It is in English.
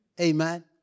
Amen